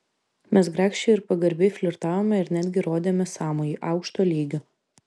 mes grakščiai ir pagarbiai flirtavome ir netgi rodėme sąmojį aukšto lygio